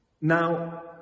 now